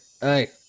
hey